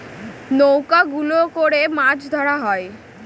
নৌকা গুলো করে মাছ ধরা হয়